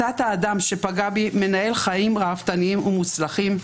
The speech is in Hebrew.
תת-האדם שפגע בי מנהל חיים ראוותניים ומוצלחים,